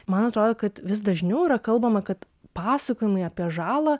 man atrodo kad vis dažniau yra kalbama kad pasakojimai apie žalą